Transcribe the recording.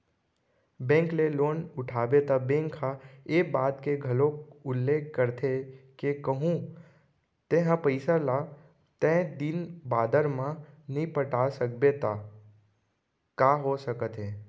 bank ले loan उठाबे त बेंक ह ए बात के घलोक उल्लेख करथे के कहूँ तेंहा पइसा ल तय दिन बादर म नइ पटा सकबे त का हो सकत हे